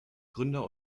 gründer